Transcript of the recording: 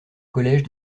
collège